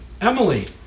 Emily